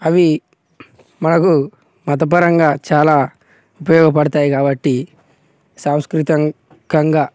అవి మనకు మతపరంగా చాలా ఉపయోగపడతాయి కాబట్టి సంస్కృతంకంగా